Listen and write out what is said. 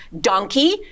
donkey